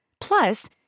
Plus